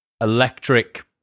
electric